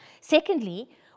Secondly